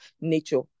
nature